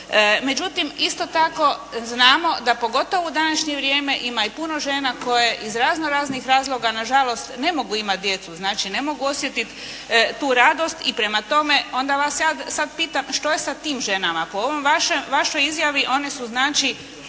Međutim, isto tako znamo da pogotovo u današnje vrijeme ima i puno žena koje iz razno raznih razloga nažalost ne mogu imati djecu, znači ne mogu osjetiti tu radost. I prema tome, onda vas ja sad pitam što je sa tim ženama. Po ovoj vašoj izjavi one su znači